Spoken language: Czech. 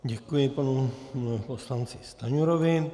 Děkuji panu poslanci Stanjurovi.